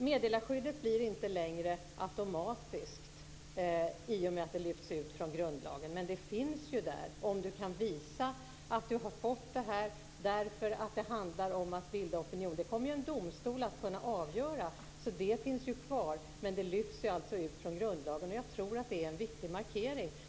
Meddelarskyddet gäller inte längre automatiskt i och med att det lyfts ut från grundlagen, men det finns ju där om man kan visa att innehavet grundar sig på att bilda opinion. Det kommer en domstol att kunna avgöra, så meddelarskyddet finns ju kvar, men det lyfts alltså ut från grundlagen. Jag tror att det är en viktig markering.